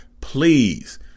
Please